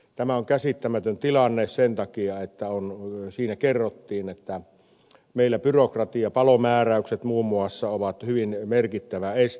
tämä on käsittämätön tilanne sen takia että siinä kerrottiin että meillä byrokratia palomääräykset muun muassa on hyvin merkittävä este